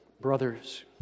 brothers